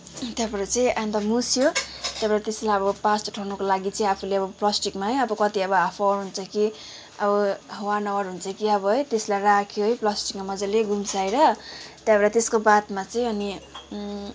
त्यहाँबाट चाहिँ अन्त मुछ्यो त्यहाँबाट त्यसलाई अब पास उठाउनको लागि चाहिँ आफूले अब प्लास्टिकमा है अब कति अब हाफ आवर हुन्छ कि अब वान आवर हुन्छ कि अब है त्यसलाई राख्यो है प्लास्टिकमा मज्जाले गुम्साएर त्यहाँबाट त्यसको बादमा चाहिँ अनि